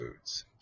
foods